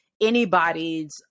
anybody's